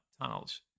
tunnels